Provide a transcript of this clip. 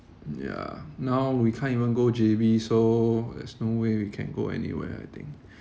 yeah now we can't even go J_B so there's no way we can go anywhere I think